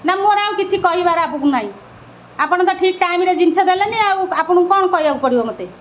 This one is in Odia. ନା ମୋର ଆଉ କିଛି କହିବାର ଆଗକୁ ନାହିଁ ଆପଣ ତ ଠିକ୍ ଟାଇମ୍ରେ ଜିନିଷ ଦେଲେନି ଆଉ ଆପଣଙ୍କୁ କ'ଣ କହିବାକୁ ପଡ଼ିବ ମୋତେ